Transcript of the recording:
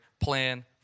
plan